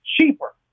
cheaper